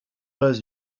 pas